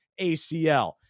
ACL